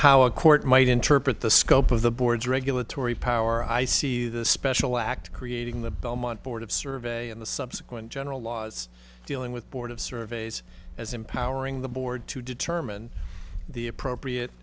how a court might interpret the scope of the board's regulatory power i see the special act creating the belmont board of survey and the subsequent general laws dealing with board of surveys as empowering the board to determine the appropriate